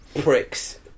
pricks